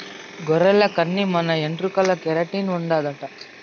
గొర్రెల కన్ని మన ఎంట్రుకల్ల కెరటిన్ ఉండాదట